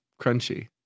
crunchy